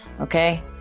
okay